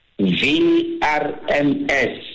VRMS